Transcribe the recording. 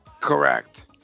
Correct